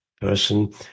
person